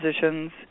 positions